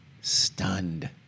stunned